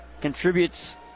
Contributes